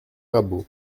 rabault